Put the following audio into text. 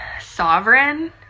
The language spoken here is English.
sovereign